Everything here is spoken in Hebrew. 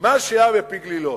מה שהיה בפי-גלילות.